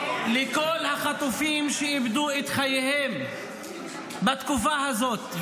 לכל החטופים שאיבדו את חייהם בתקופה הזאת.